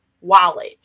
wallet